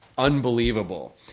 Unbelievable